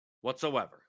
whatsoever